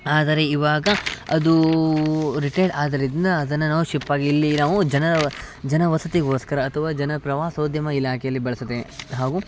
ಆದರೆ ಇವಾಗ ಅದು ರಿಟೇರ್ಡ್ ಆದ್ದರಿಂದ ಅದನ್ನು ನಾವು ಶಿಪ್ ಆಗಿ ಇಲ್ಲಿ ನಾವು ಜನರ ವ ಜನವಸತಿಗೋಸ್ಕರ ಅಥವಾ ಜನ ಪ್ರವಾಸೋದ್ಯಮ ಇಲಾಖೆಯಲ್ಲಿ ಬಳ್ಸಿದೆ ಹಾಗು